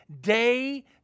day